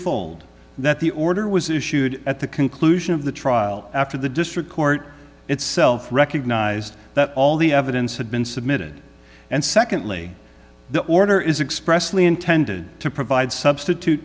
twofold that the order was issued at the conclusion of the trial after the district court itself recognized that all the evidence had been submitted and secondly the order is expressly intended to provide substitute